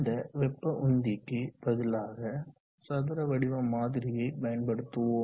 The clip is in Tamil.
இந்த வெப்ப உந்திக்கு பதிலாக சதுர வடிவ மாதிரியை பயன்படுத்துவோம்